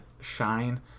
shine